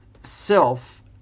self